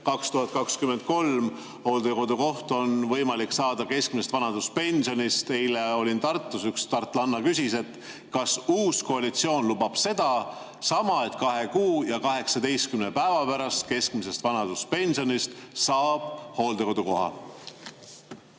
2023 on hooldekodukoht võimalik saada keskmise vanaduspensioni eest. Eile ma olin Tartus, üks tartlanna küsis, kas uus koalitsioon lubab sedasama, et kahe kuu ja 18 päeva pärast keskmise vanaduspensioni eest saab hooldekodukoha.